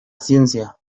ciencia